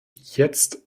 jetzt